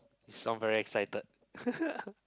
you sound very excited